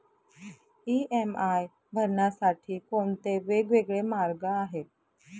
EMI भरण्यासाठी कोणते वेगवेगळे मार्ग आहेत?